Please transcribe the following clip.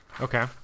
Okay